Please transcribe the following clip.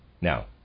Now